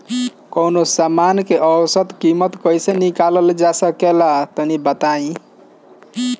कवनो समान के औसत कीमत कैसे निकालल जा ला तनी बताई?